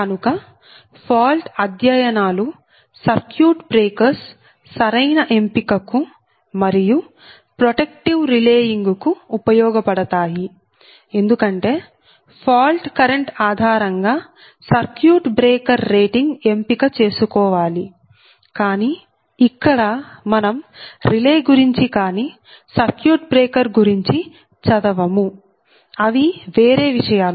కనుక ఫాల్ట్ అధ్యయనాలు circuit breakers సరైన ఎంపికకు మరియు ప్రొటెక్టీవ్ రిలేయింగ్ కు ఉపయోగపడతాయి ఎందుకంటే ఫాల్ట్ కరెంట్ ఆధారంగా సర్క్యూట్ బ్రేకర్ రేటింగ్ ఎంపిక చేసుకోవాలి కానీ ఇక్కడ మనం రిలే గురించి కానీ సర్క్యూట్ బ్రేకర్ గురించి చదవము అవి వేరే విషయాలు